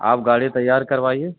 آپ گاڑی تیار کروائیے